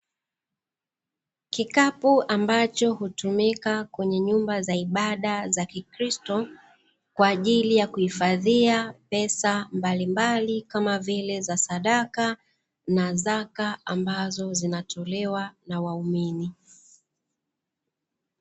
Kikapu ambacho hutumika kwenye nyumba za ibada za kikristo, kwa ajili ya kuhifadhia pesa mbalimbali kama vile; za sadaka na zaka, ambazo zinatolewa na waumini.